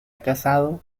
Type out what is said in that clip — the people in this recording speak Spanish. casado